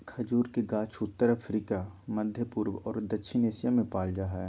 खजूर के गाछ उत्तर अफ्रिका, मध्यपूर्व और दक्षिण एशिया में पाल जा हइ